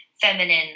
feminine